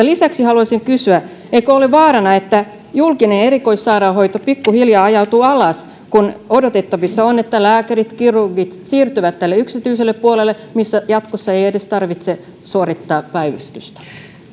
lisäksi haluaisin kysyä eikö ole vaarana että julkinen erikoissairaanhoito pikkuhiljaa ajautuu alas kun odotettavissa on että lääkärit kirurgit siirtyvät yksityiselle puolelle missä jatkossa ei edes tarvitse suorittaa päivystystä